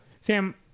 Sam